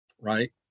right